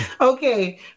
Okay